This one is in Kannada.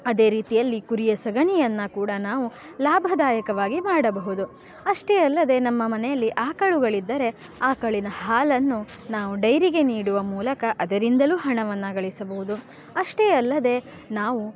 ಅದೇ ರೀತಿಯಲ್ಲಿ ಕುರಿಯ ಸಗಣಿಯನ್ನು ಕೂಡ ನಾವು ಲಾಭದಾಯಕವಾಗಿ ಮಾಡಬಹುದು ಅಷ್ಟೇ ಅಲ್ಲದೆ ನಮ್ಮ ಮನೆಯಲ್ಲಿ ಆಕಳುಗಳಿದ್ದರೆ ಆಕಳಿನ ಹಾಲನ್ನು ನಾವು ಡೈರಿಗೆ ನೀಡುವ ಮೂಲಕ ಅದರಿಂದಲೂ ಹಣವನ್ನು ಗಳಿಸಬಹುದು ಅಷ್ಟೇ ಅಲ್ಲದೆ ನಾವು